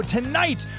Tonight